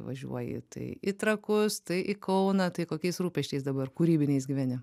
važiuoji tai į trakus tai į kauną tai kokiais rūpesčiais dabar kūrybiniais gyveni